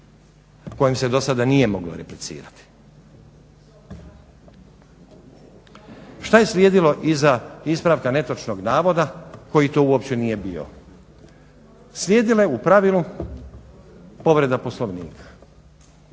kojem se dosada nije moglo replicirati. Što je slijedilo iza ispravka netočnog navoda koji to uopće nije bio? Slijedila je u pravilu povreda Poslovnika.